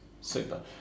super